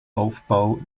aufbau